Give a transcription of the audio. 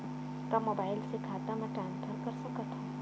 का मोबाइल से खाता म ट्रान्सफर कर सकथव?